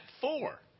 four